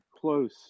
close